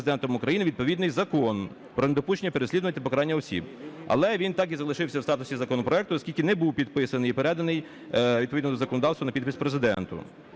Президентом України відповідний закон про недопущення переслідування і покарання осіб. Але він так і залишився в статусі законопроекту, оскільки не був підписаний і переданий відповідно до законодавства на підпис Президенту.